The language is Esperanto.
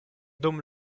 dum